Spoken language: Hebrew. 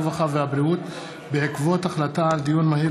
הרווחה והבריאות בעקבות דיון מהיר